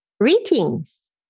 Greetings